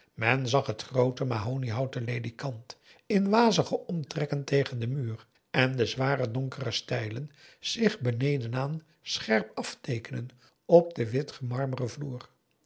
men zag het groote mahoniehouten ledikant in wazige omtrekken tegen den muur en de zware donkere stijlen zich benedenaan scherp afteekenen op den wit marmeren vloer